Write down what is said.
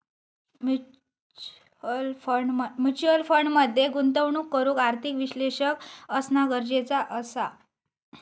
mutual fund मध्ये गुंतवणूक करूक आर्थिक विश्लेषक असना गरजेचा असा